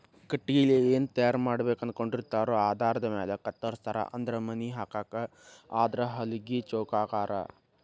ಕಟಗಿಲೆ ಏನ ತಯಾರ ಮಾಡಬೇಕ ಅನಕೊಂಡಿರತಾರೊ ಆಧಾರದ ಮ್ಯಾಲ ಕತ್ತರಸ್ತಾರ ಅಂದ್ರ ಮನಿ ಹಾಕಾಕ ಆದ್ರ ಹಲಗಿ ಚೌಕಾಕಾರಾ